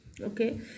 okay